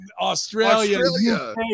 Australia